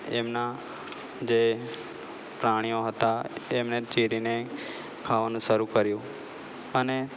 એમના જે પ્રાણીઓ હતાં એમને ચીરીને ખાવાનું શરૂ કર્યુ અને